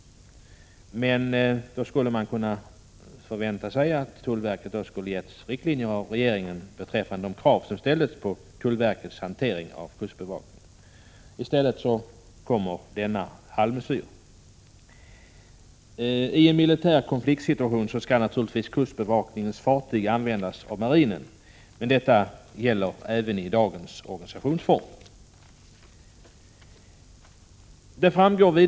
Man kunde då ha förväntat sig att regeringen skulle ha gett tullverket riktlinjer beträffande de krav som ställdes på tullverkets hantering av kustbevakningen — i stället kommer denna halvmesyr. I en militär konfliktsituation skall kustbevakningens fartyg naturligtvis användas av marinen. Det gäller dock även i dagens organisationsform.